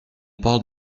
parle